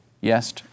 Yes